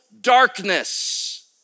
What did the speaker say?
darkness